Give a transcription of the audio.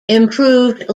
improved